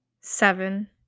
seven